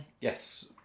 Yes